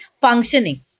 functioning